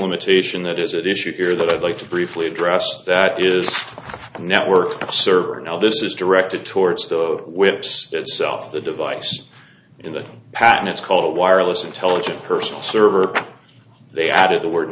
limitation that is at issue here that i'd like to briefly address that is a network of server now this is directed towards those whips itself the device in the pattern it's called a wireless intelligent personal server they added the word